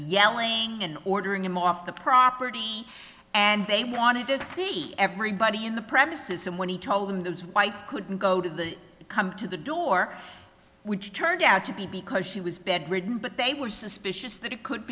yelling and ordering him off the property and they wanted to see everybody in the premises and when he told them the wife couldn't go to the come to the door which turned out to be because she was bedridden but they were suspicious that it could